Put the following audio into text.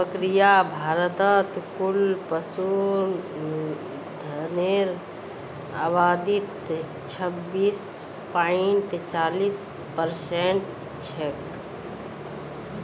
बकरियां भारतत कुल पशुधनेर आबादीत छब्बीस पॉइंट चालीस परसेंट छेक